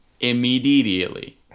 immediately